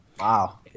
Wow